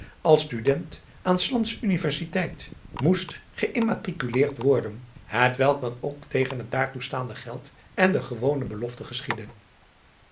als student aan s lands universiteit moest geimmatriculeerd worden hetwelk dan ook tegen het daartoe staande geld en de gewone beloste geschiedde